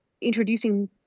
introducing